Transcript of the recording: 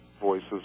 voices